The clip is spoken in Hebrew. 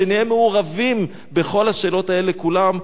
שנהיה מעורבים בכל השאלות האלה כולן,